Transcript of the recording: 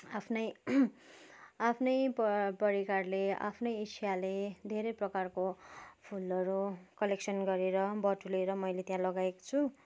आफ्नै आफ्नै परिकारले आफ्नै इच्छाले धेरै प्रकारको फुलहरू कलेक्सन गरेर बटुलेर मैले त्यहाँ लगाएको छु